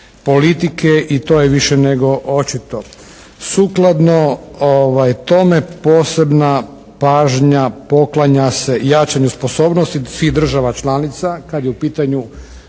politike i to je više nego očito. Sukladno tome posebna pažnja poklanja se jačanju sposobnosti svih država članica kada je u pitanju